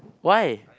why